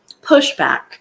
pushback